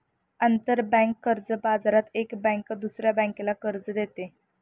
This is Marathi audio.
आंतरबँक कर्ज बाजारात एक बँक दुसऱ्या बँकेला कर्ज देते